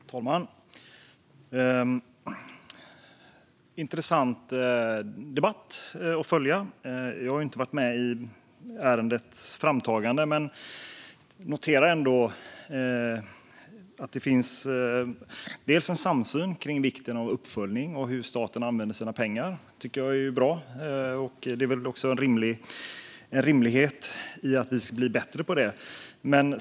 Herr talman! Det är en intressant debatt att följa. Jag har inte varit med i ärendets framtagande. Jag noterar ändå att det finns en samsyn om vikten av uppföljning av hur staten använder sina pengar. Det tycker jag är bra. Det är också en rimlighet i att vi blir bättre på det.